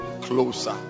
closer